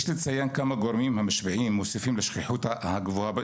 יש לציין כמה גורמים המשפיעים ומוסיפים לשכיחות הגבוהה,